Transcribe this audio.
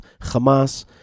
Hamas